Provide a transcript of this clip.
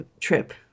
trip